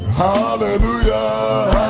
Hallelujah